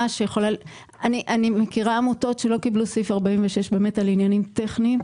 אני מכירה עמותות שלא קיבלו סעיף 46 על עניינים טכניים,